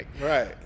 Right